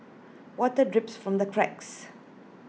water drips from the cracks